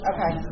Okay